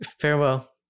farewell